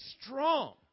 strong